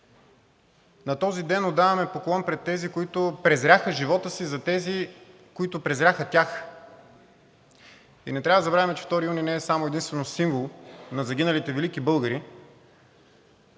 На този ден отдаваме поклон пред тези, които презряха живота си, за тези, които презряха тях. Не трябва да забравяме, че 2 юни не е само единствено символ на загиналите велики българи,